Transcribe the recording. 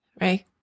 right